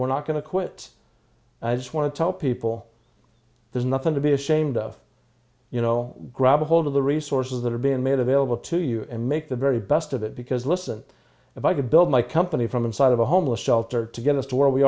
we're not going to quit i just want to tell people there's nothing to be ashamed of you know grab a hold of the resources that have been made available to you and make the very best of it because listen if i could build my company from inside of a homeless shelter to get us to where we